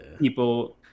People